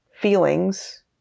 feelings